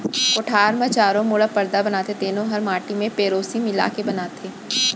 कोठार म चारों मुड़ा परदा बनाथे तेनो हर माटी म पेरौसी मिला के बनाथें